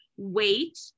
wait